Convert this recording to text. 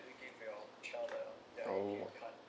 oh